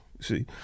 See